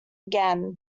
again